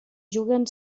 juguen